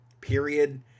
period